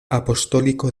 apostólico